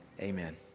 Amen